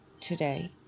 today